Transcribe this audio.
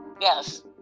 Yes